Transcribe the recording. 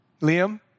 Liam